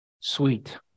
Sweet